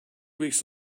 weeks